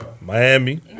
Miami